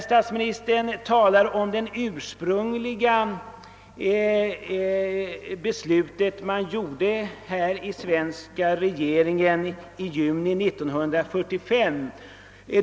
| Statsministern talade om det ursprungliga beslutet, som den svenska regeringen fattade i juni 1945.